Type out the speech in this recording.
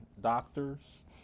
doctors